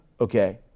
Okay